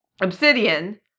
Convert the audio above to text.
Obsidian